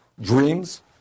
dreams